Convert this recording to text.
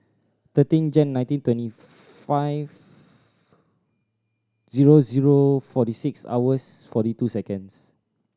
thirteen Jan nineteen twenty five zero zero forty six hours forty two seconds